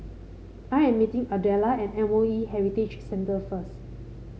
I am meeting Ardella at M O E Heritage Centre first